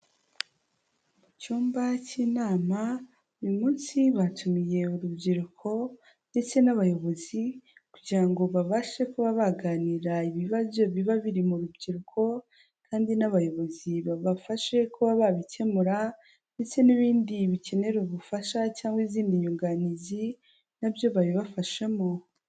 Mu cyumba cy'inama, uyu munsi batumiye urubyiruko ndetse n'abayobozi kugira ngo babashe kuba baganira ibibazo biba biri mu rubyiruko kandi n'abayobozi babafashe kuba babikemura ndetse n'ibindi bikenera ubufasha cyangwa izindi nyunganizi, na byo babibafashamo.